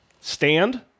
Stand